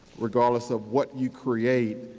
regardless of what you create,